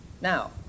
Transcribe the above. Now